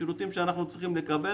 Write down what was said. שירותים שאנחנו צריכים לקבל,